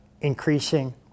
increasing